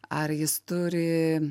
ar jis turi